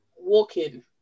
Walking